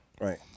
Right